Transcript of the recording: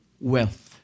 wealth